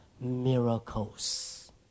miracles